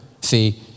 See